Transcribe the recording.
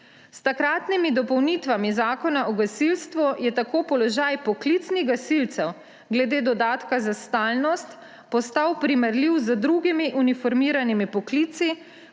S takratnimi dopolnitvami Zakona o gasilstvu je tako položaj poklicnih gasilcev glede dodatka za stalnost postal primerljiv z drugimi uniformiranimi poklici,